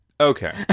okay